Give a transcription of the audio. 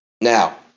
Now